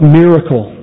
miracle